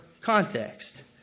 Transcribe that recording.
context